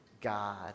God